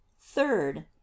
third